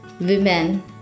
women